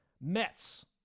Mets